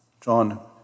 John